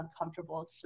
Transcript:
uncomfortable